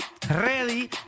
ready